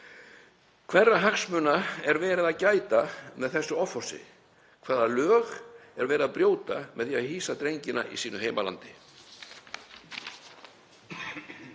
Hverra hagsmuna er verið að gæta með þessu offorsi? Hvaða lög er verið að brjóta með því að hýsa drengina í sínu heimalandi?